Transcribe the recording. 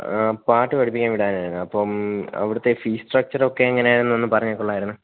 പാട്ടു പഠിപ്പിക്കാൻ വിടാനായിരുന്നു അപ്പം അവിടുത്തെ ഫീ സ്ട്രച്ചറൊക്കെ എങ്ങനെയാണെന്ന് ഒന്ന് പറഞ്ഞാല് കൊള്ളായിരുന്നു